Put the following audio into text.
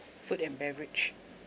food and beverage